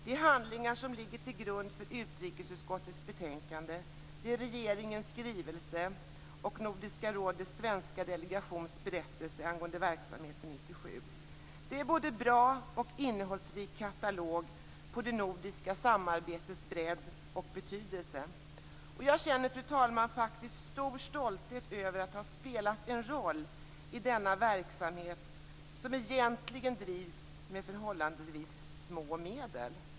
De handlingar som ligger till grund för utrikesutskottets betänkande - regeringens skrivelse och Nordiska rådets svenska delegations berättelse angående verksamheten 1997 - är en både bra och innehållsrik katalog på det nordiska samarbetets bredd och betydelse. Fru talman! Jag känner faktiskt stor stolthet över att ha spelat en roll i denna verksamhet, som egentligen drivs med förhållandevis små medel.